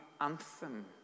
anthem